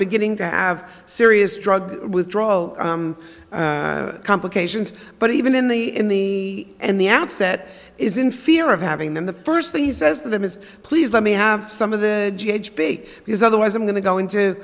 beginning to have serious drug withdrawal complications but even in the in the and the outset is in fear of having them the first thing he says to them is please let me have some of the big because otherwise i'm going to goin